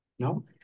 No